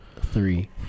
three